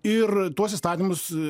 ir tuos įstatymus